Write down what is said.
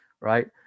Right